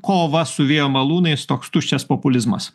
kova su vėjo malūnais toks tuščias populizmas